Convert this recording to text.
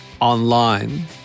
online